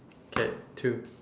okay two